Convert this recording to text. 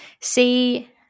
See